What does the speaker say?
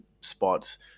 spots